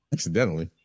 Accidentally